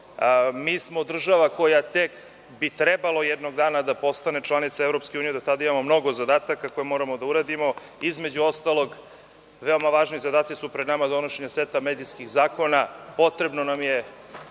smo država koja bi tek trebalo jednog dana da postane članica EU. Do tada imamo mnogo zadataka koje moramo da uradimo. Između ostalog veoma važni zadaci su pred nama kao što su donošenje seta medijskih zakona. Potrebno nam je